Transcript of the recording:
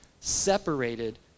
separated